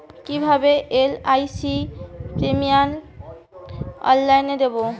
কিভাবে LIC premium অনলাইনে দেবো?